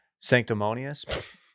sanctimonious